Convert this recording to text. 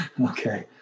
Okay